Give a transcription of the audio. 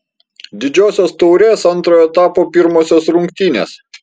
didžiosios taurės antrojo etapo pirmosios rungtynės